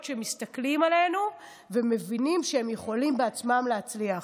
שמסתכלים עלינו ומבינים שהם יכולים בעצמם להצליח.